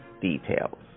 details